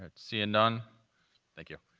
and seeing none thank you.